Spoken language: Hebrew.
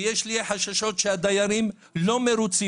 או חששות שאולי הדיירים לא מרוצים,